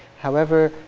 however,